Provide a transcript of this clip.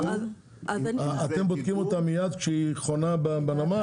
אתם בודקים אותה מייד כשהיא חונה בנמל